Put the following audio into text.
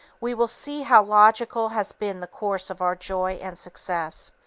we will see how logical has been the course of our joy and success,